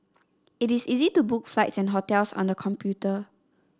it is easy to book flights and hotels on the computer